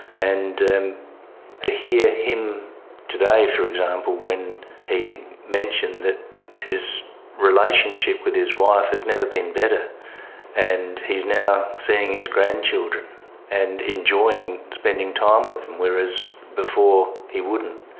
and to hear him today, for example, when he mentioned that his relationship with his wife has never been better and he is now seeing his grandchildren and enjoying spending time with him, whereas before he wouldn't,